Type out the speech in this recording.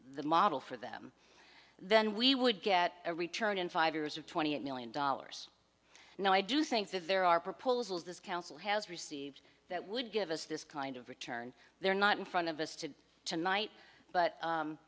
the model for them then we would get a return in five years of twenty eight million dollars now i do think that there are proposals this council has received that would give us this kind of return they're not in front of us to tonight but